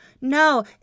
No